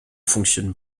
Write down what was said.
fonctionne